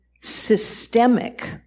systemic